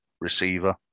receiver